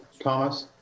Thomas